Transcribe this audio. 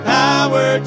power